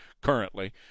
currently